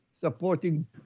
supporting